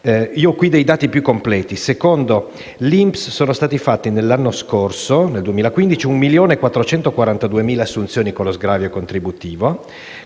Io ho qui dei dati più completi: secondo l'INPS sono stati fatti l'anno scorso, nel 2015, 1.442.000 assunzioni con lo sgravio contributivo